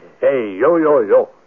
hey-yo-yo-yo